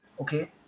Okay